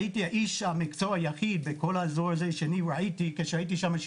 הייתי איש המקצוע היחיד בכל האזור הזה שראיתי כשהייתי שם.